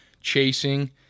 chasing